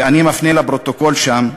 ואני מפנה לפרוטוקול שם: